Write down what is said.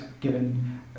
given